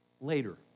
later